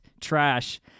trash